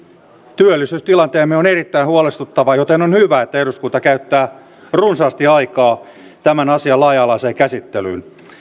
työllisyystilanteemme on erittäin huolestuttava joten on hyvä että eduskunta käyttää runsaasti aikaa tämän asian laaja alaiseen käsittelyyn